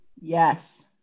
Yes